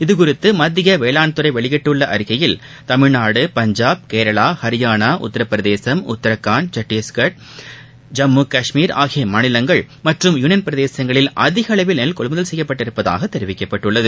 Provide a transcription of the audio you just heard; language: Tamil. இதுகுறித்து மத்திய வேளாண்துறை வெளியிட்டுள்ள அறிக்கையில் தமிழ்நாடு பஞ்சாப் கேரளா ஹரியானா உத்தரப்பிரதேசம் உத்தரகாண்ட் சத்தீஸ்கர் ஜம்மு கஷ்மீர் ஆகிய மாநிலங்கள் மற்றும் யூனியன் பிரதேசங்களில் அதிகளவில் நெல் கொள்முதல் செய்யப்பட்டுள்ளதாகத் தெரிவிக்கப்பட்டுள்ளது